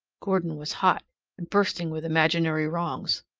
gordon was hot, and bursting with imaginary wrongs.